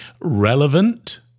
relevant